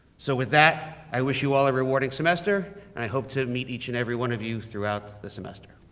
so with that, i wish you all a rewarding semester, and i hope to meet each and every one of you, throughout this semester.